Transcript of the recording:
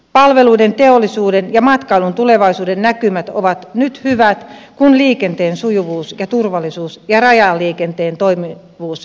palveluiden teollisuuden ja matkailun tulevaisuuden näkymät ovat nyt hyvät kun liikenteen sujuvuus ja turvallisuus ja rajaliikenteen toimivuus lisääntyvät